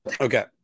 Okay